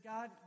God